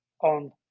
on